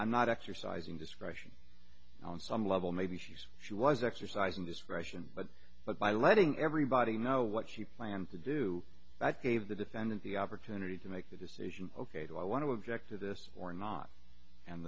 i'm not exercising discretion on some level maybe she's she was exercising discretion but but by letting everybody know what she plans to do that gave the defendant the opportunity to make the decision ok do i want to object to this or not and